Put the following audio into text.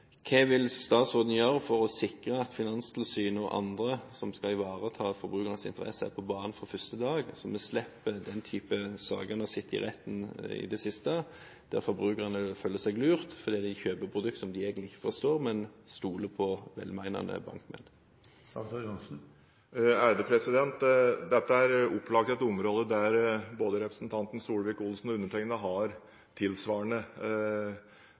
Hva vil statsråden gjøre for å sikre at Finanstilsynet og andre som skal ivareta forbrukernes interesser, er på banen fra første dag, slik at vi slipper den type saker en har sett i retten i det siste, der forbrukerne føler seg lurt fordi de kjøper et produkt som de egentlig ikke forstår, men der de stoler på velmenende bankmenn? Dette er opplagt et område der representanten Solvik-Olsen og undertegnede har en tilsvarende